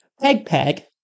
Peg-peg